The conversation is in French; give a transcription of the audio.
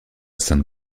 sainte